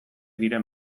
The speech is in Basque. diren